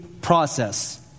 process